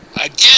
again